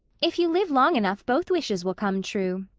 if you live long enough both wishes will come true,